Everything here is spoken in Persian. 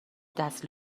دست